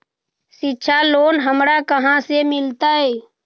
शिक्षा लोन हमरा कहाँ से मिलतै?